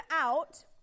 out